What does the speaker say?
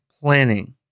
planning